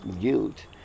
guilt